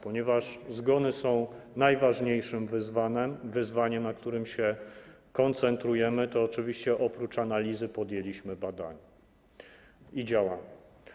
Ponieważ zgony są najważniejszym wyzwaniem, na którym się koncentrujemy, to oczywiście oprócz analizy podjęliśmy badania i działania.